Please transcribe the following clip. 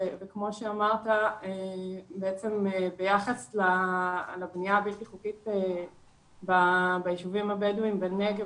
וכמו שאמרת בעצם ביחס לבניה הבלתי חוקית בישובים הבדואים בנגב,